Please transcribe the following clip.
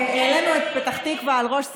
העלינו את פתח תקווה על ראש שמחתנו,